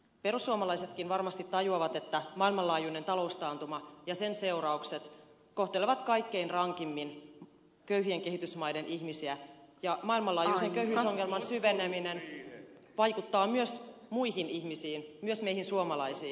perussuomalaisetkin varmasti tajuavat että maailmanlaajuinen taloustaantuma ja sen seu raukset kohtelevat kaikkein rankimmin köyhien kehitysmaiden ihmisiä ja maailmanlaajuisen köyhyysongelman syveneminen vaikuttaa myös muihin ihmisiin myös meihin suomalaisiin